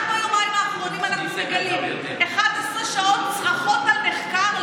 רק ביומיים האחרונים אנחנו מגלים 11 שעות צרחות על נחקר.